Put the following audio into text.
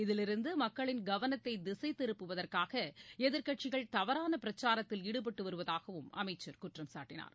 இதிலிருந்துமக்களின் கவனத்தைதிசைதிருப்புவதற்காகஎதிர்க்கட்சிகள் தவறானபிரச்சாரத்தில் ஈடுபட்டுவருவதாகவும் அமைச்சர் குற்றம் சாட்டினார்